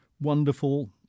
wonderful